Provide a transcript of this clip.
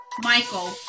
Michael